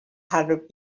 hundred